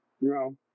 No